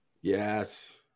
Yes